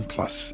Plus